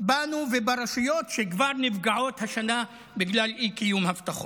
בנו וברשויות שכבר נפגעות השנה בגלל אי-קיום הבטחות.